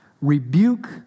rebuke